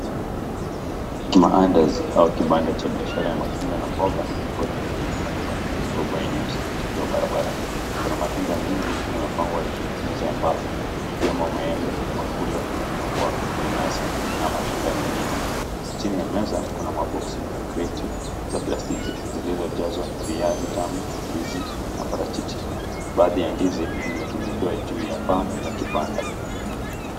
Kama Anders au kibanda cha biashara ya matunda na mboga kikiwa kimefunikwa kwa turubai nyeusi kikiwa barabarani. Kuna matunda mengi yamepangwa juu ya meza ya mbao ikiwemo maembe, mapulo, machungwa, nanasi na matunda mengine. Chini ya meza kuna maboksi na kreti za plastiki zilizo jazwa viazi tamu, ndizi na parachichi. Baadhi ya ndizi zimetundikiwa juu ya paa la kibanda.